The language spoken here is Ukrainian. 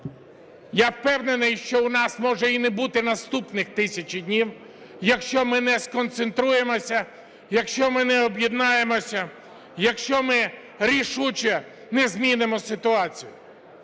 Я впевнений, що у нас може і не бути наступних тисячі днів, якщо ми не сконцентруємося, якщо ми не об'єднаємося, якщо ми рішуче не змінимо ситуацію.